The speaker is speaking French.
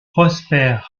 prosper